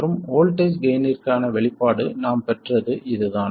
மற்றும் வோல்ட்டேஜ் கெய்ன்னிற்கான வெளிப்பாடு நாம் பெற்றது இதுதான்